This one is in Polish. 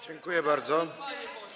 Dziękuję bardzo.